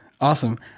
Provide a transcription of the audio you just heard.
Awesome